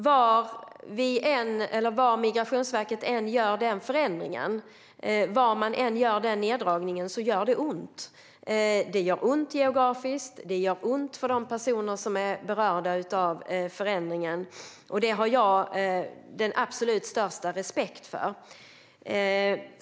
Var Migrationsverket än gör denna förändring och nedskärning gör det ont, både geografiskt och för de personer som berörs av förändringen, och det har jag den absolut största respekt för.